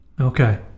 Okay